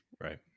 Right